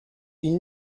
ils